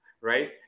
Right